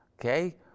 okay